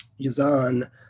Yazan